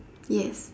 yes